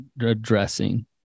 addressing